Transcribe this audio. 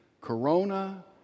Corona